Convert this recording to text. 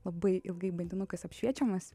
labai ilgai bandynukas apšviečiamas